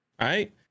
right